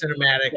cinematic